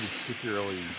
particularly